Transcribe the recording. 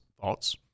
thoughts